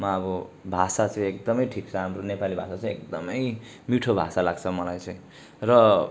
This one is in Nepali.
म अब भाषा चाहिँ एकदमै ठिक र हाम्रो नेपाली भाषा चाहिँ एकदमै मिठो भाषा लाग्छ मलाई चाहिँ र